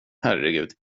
herregud